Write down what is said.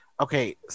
Okay